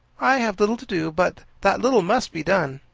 i have little to do, but that little must be done.